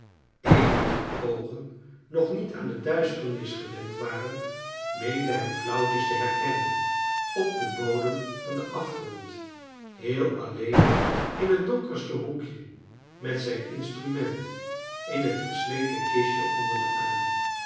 amy wier oogen nog niet aan de duisternis gewend waren meende hem flauwtjes te herkennen op den bodem van den afgrond heel alleen in het donkerste hoekje met zijn instrument in het versleten kistje onder den arm